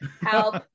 help